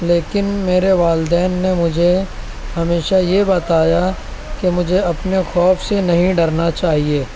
لیکن میرے والدین نے مجھے ہمیشہ یہ بتایا کہ مجھے اپنے خوف سے نہیں ڈرنا چاہیے